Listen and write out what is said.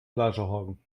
fleischerhaken